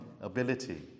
Ability